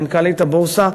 מנכ"לית הבורסה,